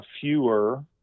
fewer